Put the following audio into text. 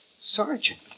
Sergeant